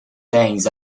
danes